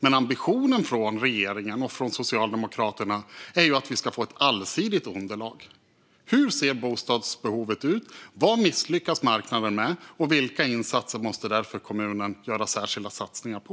Men ambitionen från regeringen och Socialdemokraterna är att vi ska få ett allsidigt underlag: Hur ser bostadsbehovet ut? Vad misslyckas marknaden med? Vilka insatser måste kommunen därför göra särskilda satsningar på?